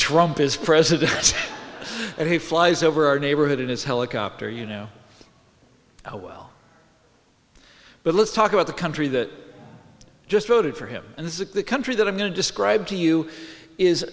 trump is president and he flies over our neighborhood in his helicopter you know oh well but let's talk about the country that just voted for him and this is a country that i'm going to describe to you is